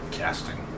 casting